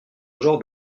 genre